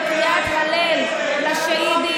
בקריאת הלל לשהידים,